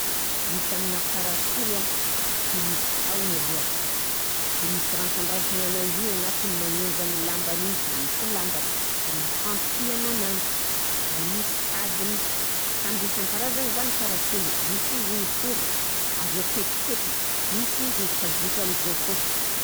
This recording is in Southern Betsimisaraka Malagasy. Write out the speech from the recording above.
Hita amina parasoly an, de misy tahony alohaka de misy rasan-drasagnananjy igny agnatiny magnenzagna ny lambany igny de misy lambany de misy fagnampihagna ananjy de misy tadiny, samby isan-karazany zany gny parasoly: misy izy miforitra, azo akepikepiky, misy izy mipazotra am'zao foana.